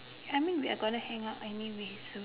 I mean we are gonna hang out anyway so